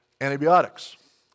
antibiotics